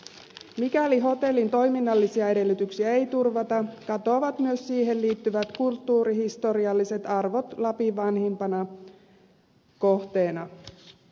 mikäli hotellin toiminnallisia edellytyksiä ei turvata katoavat myös siihen liittyvät kulttuurihistorialliset arvot lapin vanhimpana kohteena